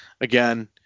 Again